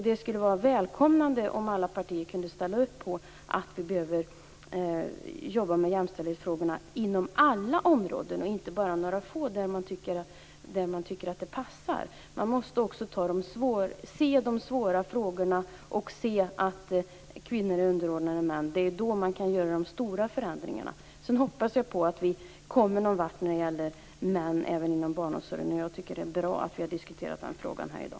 Det skulle vara välkommet om alla partier kunde ställa upp på att vi behöver jobba med jämställdhetsfrågorna inom alla områden och inte bara inom några få där man tycker att det passar. Man måste också se de svåra frågorna och se att kvinnor är underordnade män. Det är då man kan göra de stora förändringarna. Sedan hoppas jag på att vi kommer någon vart även när det gäller män inom barnomsorgen. Jag tycker att det är bra att vi har diskuterat den frågan här i dag.